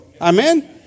Amen